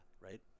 right